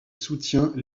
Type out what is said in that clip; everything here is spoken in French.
soutient